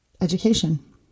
education